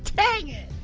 dang it!